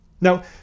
Now